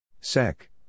SEC